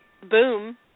boom